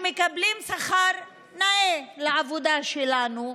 שמקבלים שכר נאה על העבודה שלנו,